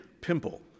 Pimple